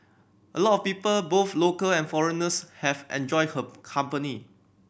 a lot of people both local and foreigners have enjoyed her company